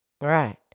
Right